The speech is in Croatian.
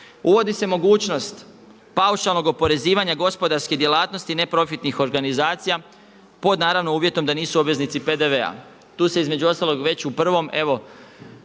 Uvodi se mogućnost paušalnog oporezivanja gospodarske djelatnosti neprofitnih organizacija pod naravno uvjetom da nisu obveznici PDV-a. Tu se između ostalog već u prvom evo